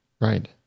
Right